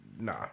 Nah